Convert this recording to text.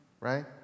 Right